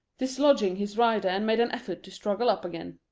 dislodging his rider, and made an effort to struggle up again.